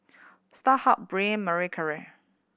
Starhub Braun Marie Claire